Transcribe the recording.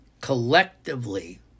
collectively